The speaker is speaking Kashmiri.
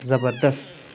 زبردَس